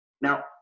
Now